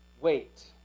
wait